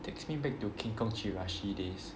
takes me back to King Kong Chirashi days